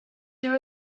there